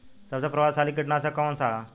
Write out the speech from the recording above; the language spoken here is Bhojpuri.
सबसे प्रभावशाली कीटनाशक कउन सा ह?